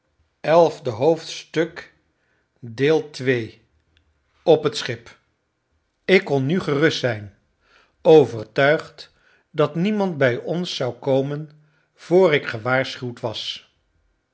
ik kon nu gerust zijn overtuigd dat niemand bij ons zou komen vr ik gewaarschuwd was